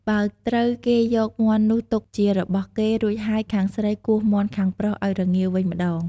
បើត្រូវគេយកមាន់នោះទុកជារបស់គេ រួចហើយខាងស្រីគោះមាន់ខាងប្រុសឱ្យរងាវវិញម្តង ។